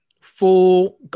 full